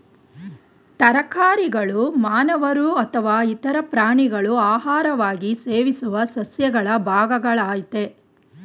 ತರಕಾರಿಗಳು ಮಾನವರು ಅಥವಾ ಇತರ ಪ್ರಾಣಿಗಳು ಆಹಾರವಾಗಿ ಸೇವಿಸುವ ಸಸ್ಯಗಳ ಭಾಗಗಳಾಗಯ್ತೆ